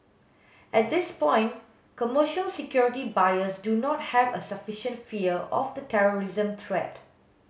at this point commercial security buyers do not have a sufficient fear of the terrorism threat